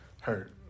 Hurt